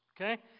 okay